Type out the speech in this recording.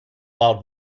loud